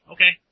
Okay